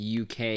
uk